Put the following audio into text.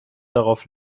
darauf